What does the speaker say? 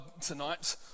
tonight